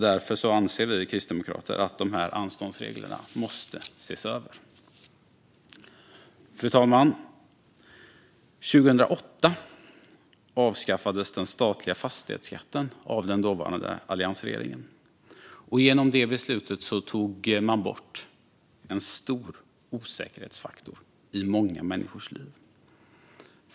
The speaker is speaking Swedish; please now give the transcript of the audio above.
Därför anser vi kristdemokrater att anståndsreglerna måste ses över. Fru talman! År 2008 avskaffades den statliga fastighetsskatten av den dåvarande alliansregeringen. Genom det beslutet tog man bort en stor osäkerhetsfaktor i många människors liv.